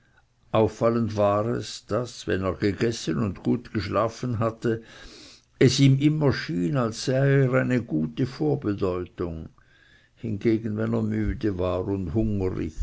auffallend war es daß wenn er gegessen und gut geschlafen hatte es ihm immer schien als sei er eine gute vorbedeutung hingegen wenn er müde war und hungrig